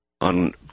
on